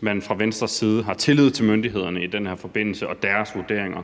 man fra Venstres side har tillid til myndighederne i den her forbindelse og deres vurderinger.